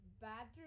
bathroom